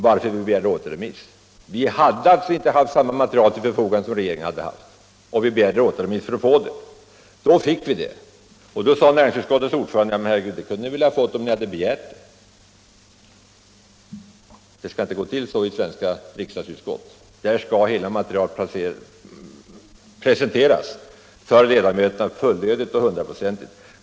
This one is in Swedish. Vi hade alltså inte till vårt förfogande haft samma material som regeringen haft, och vi begärde återremiss för att få det. Då fick vi det, och näringsutskottets ordförande sade: ”Det kunde ni väl ha fått om ni begärt det.” Det skall inte gå till så i svenska riksdagsutskott. Där skall hela materialet fullödigt och hundraprocentigt presenteras för ledamöterna.